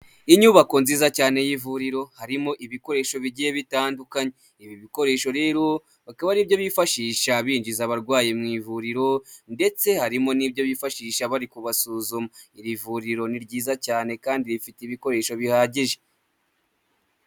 Inyubako nziza cyane y'ivuriro, harimo ibikoresho bigiye bitandukanye. Ibi bikoresho rero, bakaba aribyo bifashisha binjiza abarwayi mu ivuriro, ndetse harimo n'ibyo bifashisha bari kubasuzuma. Iri vuriro ni ryiza cyane kandi rifite ibikoresho bihagije.